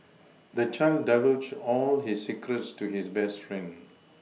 the child divulged all his secrets to his best friend